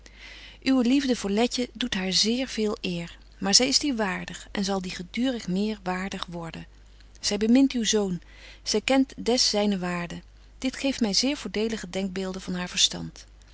uwe liefde voor letje doet haar zeer veel eer maar zy is die waardig en zal die gedurig meer waardig worden zy bemint uw zoon zy kent des zyne waarde dit geeft my zeer voordelige denkbeelden van haar verstand